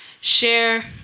share